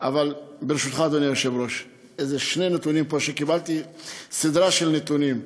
ברשותך, אדוני היושב-ראש, קיבלתי סדרה של נתונים.